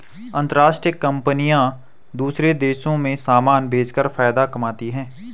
अंतरराष्ट्रीय कंपनियां दूसरे देशों में समान भेजकर फायदा कमाती हैं